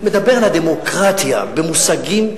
מדבר על הדמוקרטיה במושגים,